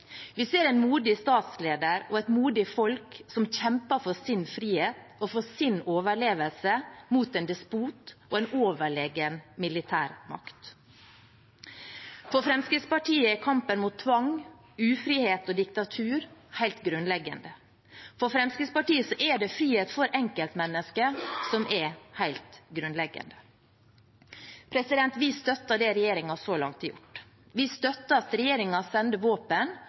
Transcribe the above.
Vi ser en modig statsleder og et modig folk som kjemper for sin frihet og for sin overlevelse mot en despot og en overlegen militærmakt. For Fremskrittspartiet er kampen mot tvang, ufrihet og diktatur helt grunnleggende. For Fremskrittspartiet er det frihet for enkeltmennesket som er helt grunnleggende. Vi støtter det regjeringen så langt har gjort. Vi støtter at regjeringen sender våpen,